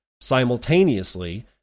Simultaneously